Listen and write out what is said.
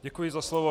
Děkuji za slovo.